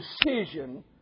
decision